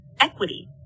Equity